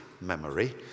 memory